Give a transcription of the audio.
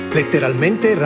letteralmente